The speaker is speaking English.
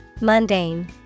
Mundane